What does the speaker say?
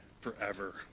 forever